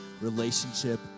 relationship